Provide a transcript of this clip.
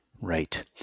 Right